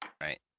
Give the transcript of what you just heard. Right